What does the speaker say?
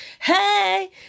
Hey